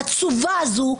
העצובה הזאת,